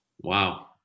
Wow